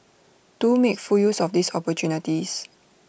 do make full use of these opportunities